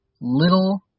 little